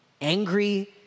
angry